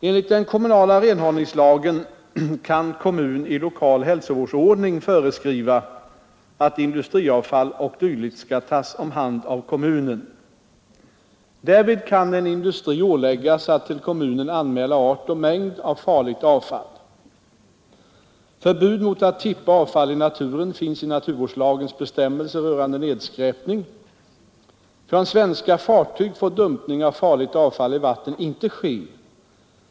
Enligt den kommunala renhållningslagen kan kommun i lokal hälsovfall o.d. skall tas om hand av äggas att till kommunen anmäla art vårdsordning föreskriva att indus kommunen. Därvid kan en industri é och mängd av farligt avfall. Förbud mot att tippa avfall i naturen finns i naturvårdslagens bestämmelser rörande nedskräpning. Från svenska fartyg får dumpning av farligt avfall i vatten inte ske.